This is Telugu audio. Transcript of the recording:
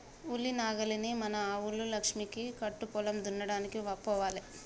ఉలి నాగలిని మన ఆవు లక్ష్మికి కట్టు పొలం దున్నడానికి పోవాలే